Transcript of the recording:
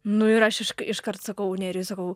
nu ir aš iš iškart sakau nerijui sakau